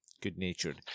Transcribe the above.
good-natured